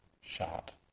shot